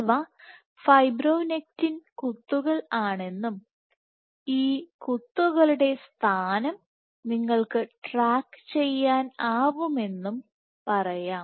ഇവ ഫൈബ്രോണെക്റ്റിൻ കുത്തുകൾ ആണെന്നും ഈ കുത്തുകളുടെ സ്ഥാനം നിങ്ങൾ ട്രാക്കു ചെയ്യുന്നുവെന്നും പറയാം